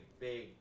big